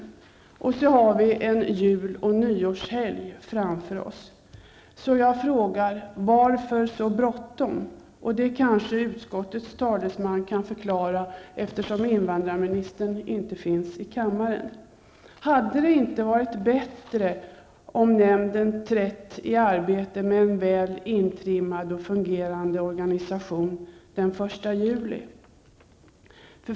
Till detta kommer att vi har juloch nyårshelgen framför oss. Mot den bakgrunden frågar jag: Varför har ni så bråttom? Utskottets talesman kan kanske ge en förklaring. Jag vänder mig till utskottets talesman, eftersom invandrarministern inte befinner sig i kammaren. Hade det inte varit bättre med en nämnd som träder i arbete med en väl intrimmad och fungerande organisation den 1 juli?